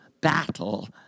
battle